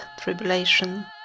Tribulation